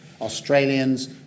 Australians